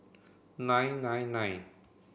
nine nine nine